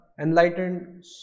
enlightened